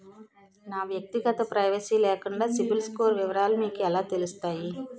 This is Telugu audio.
నా వ్యక్తిగత ప్రైవసీ లేకుండా సిబిల్ స్కోర్ వివరాలు మీకు ఎలా తెలుస్తాయి?